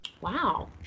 Wow